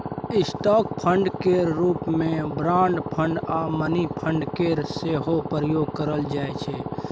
stock fund केर रूप मे बॉन्ड फंड आ मनी फंड केर सेहो प्रयोग करल जाइ छै